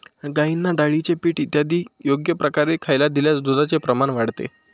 गाईंना डाळीचे पीठ इत्यादी योग्य प्रकारे खायला दिल्यास दुधाचे प्रमाण वाढते